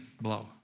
blow